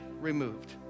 removed